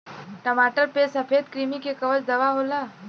टमाटर पे सफेद क्रीमी के कवन दवा होला?